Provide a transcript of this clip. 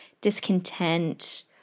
discontent